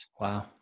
Wow